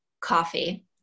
Coffee